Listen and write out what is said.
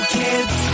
kids